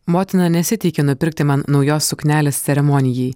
motina nesiteikė nupirkti man naujos suknelės ceremonijai